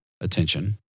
attention